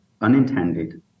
unintended